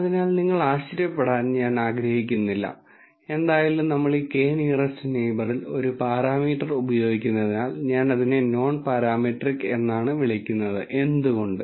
അതിനാൽ നിങ്ങൾ ആശ്ചര്യപ്പെടാൻ ഞാൻ ആഗ്രഹിക്കുന്നില്ല എന്തായാലും നമ്മൾ ഈ k നിയറെസ്റ് നെയിബെറിൽ ഒരു പാരാമീറ്റർ ഉപയോഗിക്കുന്നതിനാൽ ഞാൻ അതിനെ നോൺ പരമെട്രിക് എന്നാണ് വിളിക്കുന്നത് എന്തുകൊണ്ട്